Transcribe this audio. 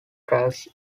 tracks